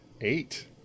Eight